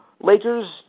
Lakers